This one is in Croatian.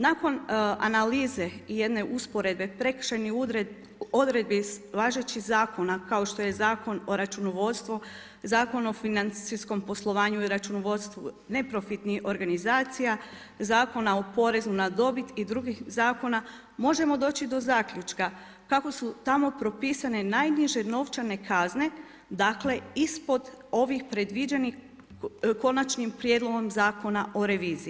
Nakon analize i jedne usporedbe prekršajnih odredbi važećih zakona kao što je Zakon o računovodstvu, Zakon o financijskom poslovanju i računovodstvu neprofitnih organizacija, Zakona o porezu na dobit i drugih zakona možemo doći do zaključka kako su tamo propisane najniže novčane kazne, dakle ispod ovih predviđenih Konačnim prijedlogom Zakona o reviziji.